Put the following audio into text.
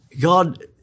God